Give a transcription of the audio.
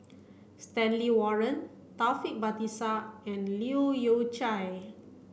Stanley Warren Taufik Batisah and Leu Yew Chye